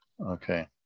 Okay